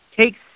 takes